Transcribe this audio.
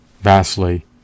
vastly